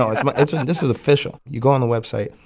um it's and this is official. you go on the website,